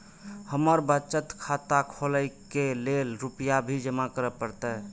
हमर बचत खाता खोले के लेल रूपया भी जमा करे परते?